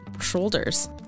shoulders